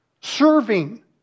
serving